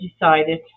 decided